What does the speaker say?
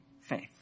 faith